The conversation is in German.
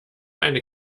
eine